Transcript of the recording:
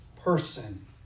person